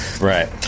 Right